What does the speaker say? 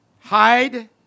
Hide